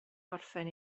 gorffen